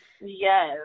Yes